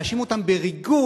להאשים אותם בריגול,